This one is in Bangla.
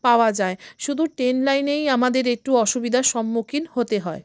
পাওয়া যায় শুধু ট্রেন লাইনেই আমাদের একটু অসুবিধার সম্মুখীন হতে হয়